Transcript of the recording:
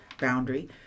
boundary